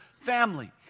family